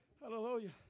Hallelujah